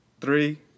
Three